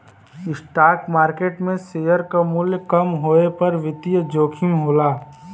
stock market में शेयर क मूल्य कम होये पर वित्तीय जोखिम होला